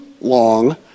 long